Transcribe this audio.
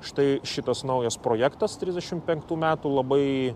štai šitas naujas projektas trisdešimt penktų metų labai